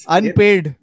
Unpaid